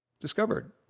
Discovered